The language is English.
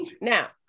Now